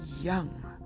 young